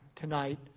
tonight